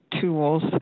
tools